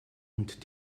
und